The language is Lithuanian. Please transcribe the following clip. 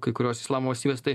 kai kuriose islamo valstybėse tai